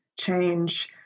change